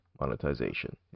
monetization